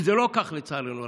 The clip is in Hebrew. וזה לא כך, לצערנו הרב.